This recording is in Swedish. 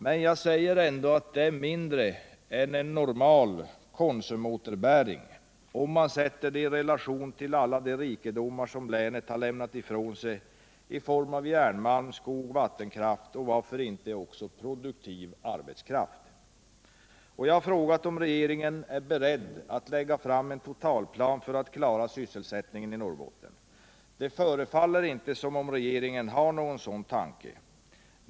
Men jag säger ändå att de är mindre än en normal Konsumåterbäring om man sätter dem i relation till alla de rikedomar som länet har lämnat ifrån sig i form av järnmalm, skog, vattenkraft, och varför inte också produktiv arbetskraft. Jag har frågat om regeringen är beredd att lägga fram en totalplan för att klara sysselsättningen i Norrbotten. Det förefaller inte som om regeringen har någon sådan tanke.